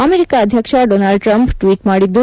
America ಅಧ್ಯಕ್ಷ Donald Trump tweet ಮಾದಿದ್ದು